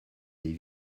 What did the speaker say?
des